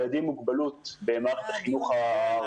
ילדים עם מוגבלות במערכת החינוך הערבית.